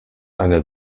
einer